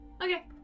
okay